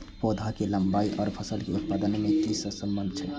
पौधा के लंबाई आर फसल के उत्पादन में कि सम्बन्ध छे?